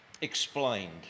explained